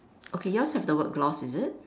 okay yours have the word gloss is it